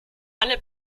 alle